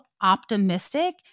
optimistic